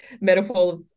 metaphors